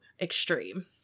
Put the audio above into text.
extreme